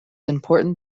important